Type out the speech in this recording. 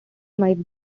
might